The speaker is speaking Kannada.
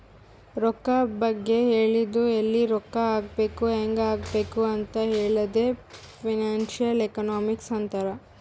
ರೊಕ್ಕಾ ಬಗ್ಗೆ ಹೇಳದು ಎಲ್ಲಿ ರೊಕ್ಕಾ ಹಾಕಬೇಕ ಹ್ಯಾಂಗ್ ಹಾಕಬೇಕ್ ಅಂತ್ ಹೇಳದೆ ಫೈನಾನ್ಸಿಯಲ್ ಎಕನಾಮಿಕ್ಸ್ ಅಂತಾರ್